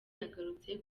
yagarutse